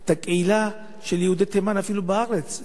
את הקהילה של יהודי תימן אפילו בארץ,